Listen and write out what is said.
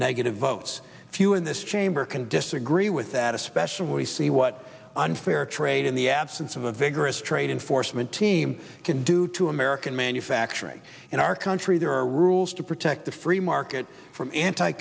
negative votes if you in this chamber can disagree with that especially see what unfair trade in the absence of a vigorous trade enforcement team can do to american manufacturing in our country there are rules to protect the free market from anti